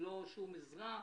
ללא שום עזרה,